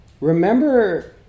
remember